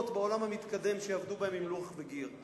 בעולם המתקדם שיעבדו בהן עם לוח וגיר.